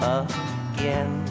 again